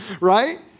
Right